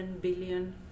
billion